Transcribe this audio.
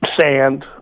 sand